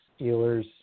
Steelers